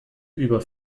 über